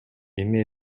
эми